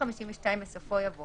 זה VC בגלל נגיף הקורונה, לא?